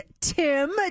Tim